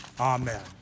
Amen